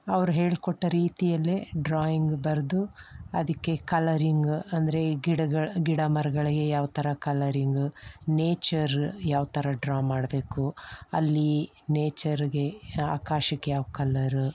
ಅವ್ರು ಹೇಳಿಕೊಟ್ಟ ರೀತಿಯಲ್ಲೇ ಡ್ರಾಯಿಂಗ್ ಬರೆದು ಅದಕ್ಕೆ ಕಲರಿಂಗ ಅಂದರೆ ಈ ಗಿಡಗಳ ಗಿಡ ಮರಗಳಿಗೆ ಯಾವ ಥರ ಕಲರಿಂಗ ನೇಚರ ಯಾವ ಥರ ಡ್ರಾ ಮಾಡಬೇಕು ಅಲ್ಲಿ ನೇಚರ್ಗೆ ಆಕಾಶಕ್ಕೆ ಯಾವ ಕಲರ